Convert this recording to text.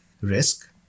risk